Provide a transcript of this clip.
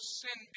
sin